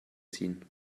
ziehen